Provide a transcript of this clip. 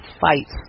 fights